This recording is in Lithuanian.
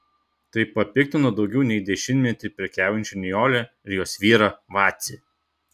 tai papiktino daugiau nei dešimtmetį prekiaujančią nijolę ir jos vyrą vacį